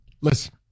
Listen